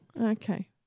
Okay